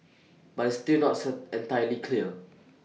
but it's still not sir entirely clear